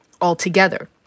altogether